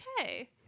okay